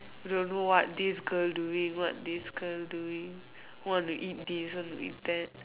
don't know what this girl doing what this girl doing want to eat this want to eat that